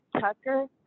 Tucker